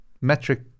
metric